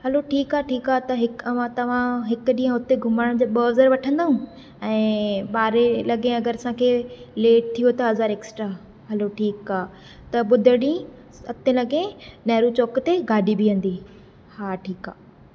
हलो ठीकु आहे ठीकु आहे त हिकु अवां तव्हां हिकु ॾींहुं हुते घुमण जा ॿ हज़ार वठंदो ऐं ॿारे लॻे अॻरि असांखे लेट थी वियो त हज़ार एक्स्ट्रा हलो ठीकु आहे त ॿुधरु ॾींहुं सते लॻे नेहरु चौक गाॾी बीहंदी हा ठीकु आहे